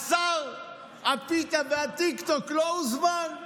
שר הפיתה והטיקטוק לא הוזמן.